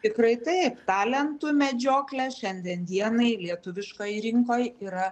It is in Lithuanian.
tikrai taip talentų medžioklė šiandien dienai lietuviškoj rinkoj yra